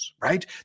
right